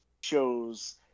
shows